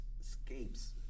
escapes